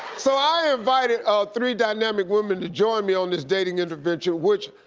so i invited three dynamic women to join me on this dating intervention which,